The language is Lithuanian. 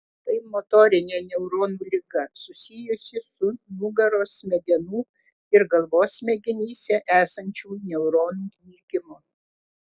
tai motorinė neuronų liga susijusi su nugaros smegenų ir galvos smegenyse esančių neuronų nykimu